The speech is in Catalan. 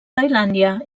tailàndia